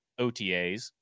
OTAs